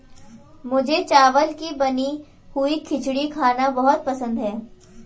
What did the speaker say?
मुझे चावल की बनी हुई खिचड़ी खाना बहुत पसंद है